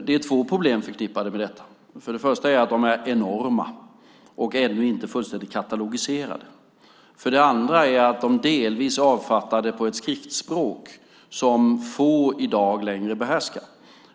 Det är två problem förknippade med detta. För det första är de enorma och ännu inte fullständigt katalogiserade. För det andra är de delvis avfattade på ett skriftspråk som få i dag längre behärskar.